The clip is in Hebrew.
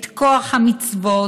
את כוח המצוות,